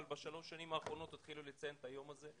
בשלוש השנים האחרונות התחילו את היום הזה.